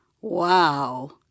Wow